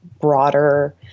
broader